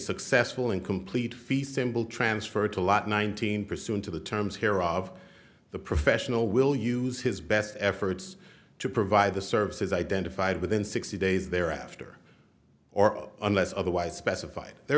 successful and complete fee simple transfer to lot nineteen pursuant to the terms here of the professional will use his best efforts to provide the services identified within sixty days thereafter or unless otherwise specified there